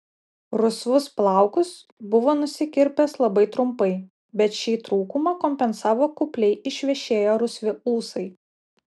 rusvus plaukus buvo nusikirpęs labai trumpai bet šį trūkumą kompensavo kupliai išvešėję rusvi ūsai